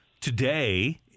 today